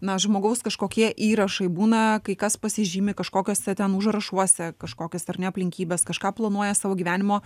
na žmogaus kažkokie įrašai būna kai kas pasižymi kažkokiuose ten užrašuose kažkokias ar ne aplinkybes kažką planuoja savo gyvenimo